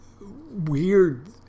weird